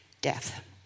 Death